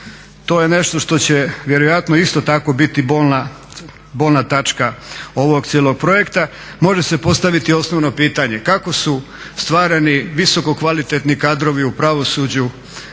to je nešto što će vjerojatno isto tako biti bolna točka ovog cijelog projekta. Može se postaviti osnovno pitanje kako su stvarani visoko kvalitetni kadrovi u pravosuđu